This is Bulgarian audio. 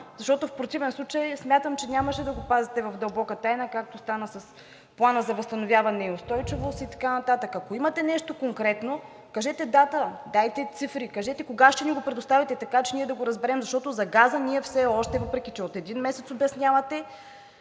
защото в противен случай смятам, че нямаше да го пазите в дълбока тайна, както стана с Плана за възстановяване и устойчивост и така нататък. Ако имате нещо конкретно, кажете дата, дайте цифри, кажете кога ще ни го предоставите, така че ние да го разберем, защото за газа все още, въпреки че от един месец обяснявате,